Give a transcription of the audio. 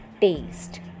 taste